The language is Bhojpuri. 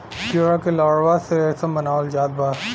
कीड़ा के लार्वा से रेशम बनावल जात बा